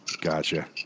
Gotcha